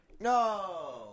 No